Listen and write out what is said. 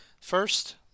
First